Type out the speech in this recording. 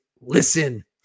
listen